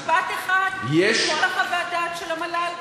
משפט אחד, בכל חוות הדעת של המל"ל,